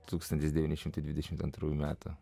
tūkstantis devyni šimtai dvidešimt antrųjų metų